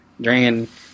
drinking